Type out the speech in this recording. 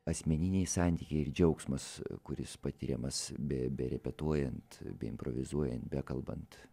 asmeniniai santykiai ir džiaugsmas kuris patiriamas be berepetuojant beimprovizuojant bekalbant